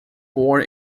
born